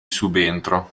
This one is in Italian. subentro